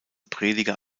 prediger